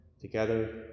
Together